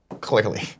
Clearly